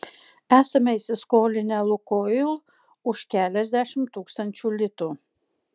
esame įsiskolinę lukoil už keliasdešimt tūkstančių litų